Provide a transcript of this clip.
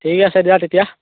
ঠিকে আছে দিয়া তেতিয়া